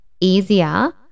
easier